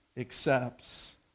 accepts